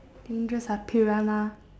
dangerous ah piranha